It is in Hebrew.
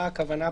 מה הכוונה?